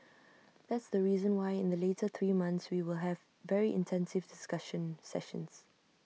that's the reason why in the later three months we will have very intensive discussion sessions